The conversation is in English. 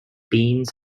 beans